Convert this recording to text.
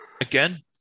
Again